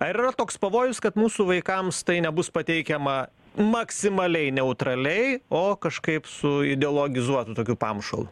ar yra toks pavojus kad mūsų vaikams tai nebus pateikiama maksimaliai neutraliai o kažkaip su ideologizuotu tokiu pamušalu